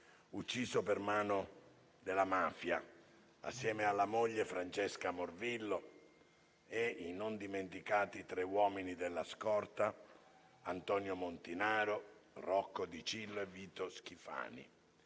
ucciso per mano della mafia assieme alla moglie Francesca Morvillo e ai non dimenticati tre uomini della scorta, Antonio Montinaro, Rocco Dicillo, e Vito Schifani.